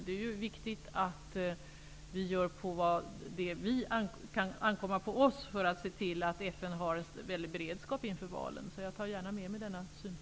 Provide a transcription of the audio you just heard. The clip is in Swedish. Det är viktigt att vi gör det som kan ankomma på oss för att se till att FN har beredskap inför valet.